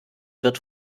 wird